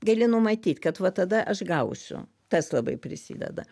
gali numatyt kad va tada aš gausiu tas labai prisideda